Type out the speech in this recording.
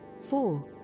four